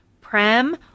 Prem